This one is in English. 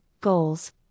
goals